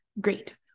Great